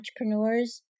entrepreneurs